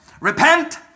Repent